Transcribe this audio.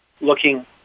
looking